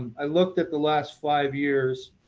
i looked at the last five years.